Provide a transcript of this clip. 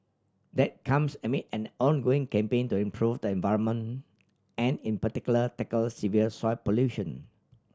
that comes amid an ongoing campaign to improve the environment and in particular tackle severe soil pollution